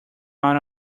amount